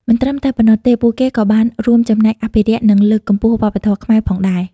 មិនត្រឹមតែប៉ុណ្ណោះទេពួកគេក៏បានរួមចំណែកអភិរក្ស និងលើកកម្ពស់វប្បធម៌ខ្មែរផងដែរ ។